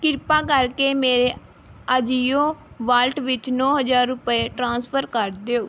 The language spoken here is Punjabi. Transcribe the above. ਕ੍ਰਿਪਾ ਕਰਕੇ ਮੇਰੇ ਆਜੀਓ ਵਾਲਟ ਵਿੱਚ ਨੌਂ ਹਜ਼ਾਰ ਰੁਪਏ ਟ੍ਰਾਂਸਫਰ ਕਰ ਦਿਓ